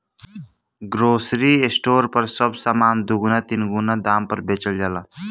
grocery store पर सब सामान दुगुना तीन गुना दाम पर बेचल जाला